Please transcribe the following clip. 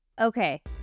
Okay